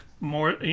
more